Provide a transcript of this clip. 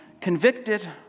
convicted